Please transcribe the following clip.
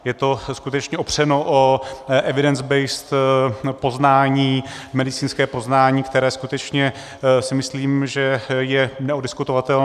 Je to skutečně opřeno o evidence based poznání, medicínské poznání, které skutečně si myslím, že je neoddiskutovatelné.